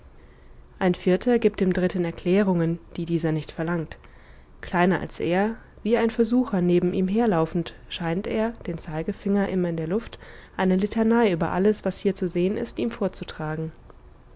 ein vierter gibt dem dritten erklärungen die dieser nicht verlangt kleiner als er wie ein versucher neben ihm herlaufend scheint er den zeigefinger immer in der luft eine litanei über alles was hier zu sehen ist ihm vorzutragen